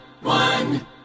one